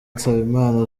nsabimana